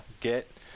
get